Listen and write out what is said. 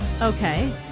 Okay